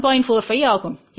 45 ஆகும்